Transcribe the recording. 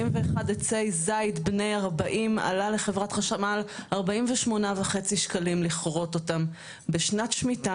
41 עצי זית בני 40. עלה לחברת חשמל 48.5 שקלים לכרות אותם בשנת שמיטה,